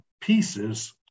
pieces